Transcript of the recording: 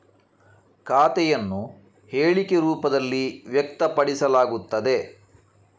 ಖಾತೆಯನ್ನು ಹೇಳಿಕೆ ರೂಪದಲ್ಲಿ ವ್ಯಕ್ತಪಡಿಸಲಾಗುತ್ತದೆ